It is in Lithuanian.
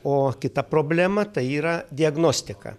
o kita problema tai yra diagnostika